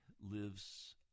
lives